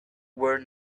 were